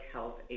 Health